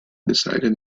decided